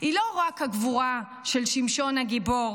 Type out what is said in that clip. היא לא רק הגבורה של שמשון הגיבור,